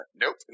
nope